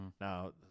Now